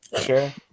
Sure